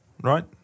right